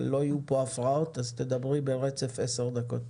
אבל לא יהיו פה הפרעות אז תדברי ברצף עשר דקות.